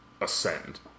ascend